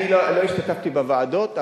אני לא השתתפתי בוועדות,